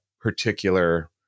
particular